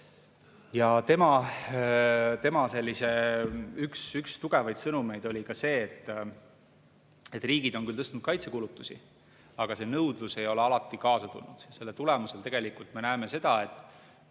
Üks tema tugevaid sõnumeid oli ka see, et riigid on küll tõstnud kaitsekulutusi, aga see nõudlus ei ole alati kaasa tulnud. Selle tõttu me näeme seda, et